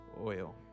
oil